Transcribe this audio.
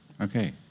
Okay